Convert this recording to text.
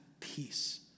Peace